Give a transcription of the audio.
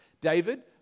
David